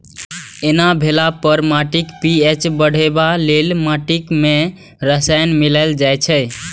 एना भेला पर माटिक पी.एच बढ़ेबा लेल माटि मे रसायन मिलाएल जाइ छै